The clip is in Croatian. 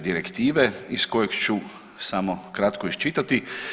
Direktive iz kojeg ću samo kratko iščitati.